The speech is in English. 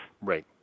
Right